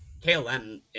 KLM